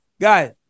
guys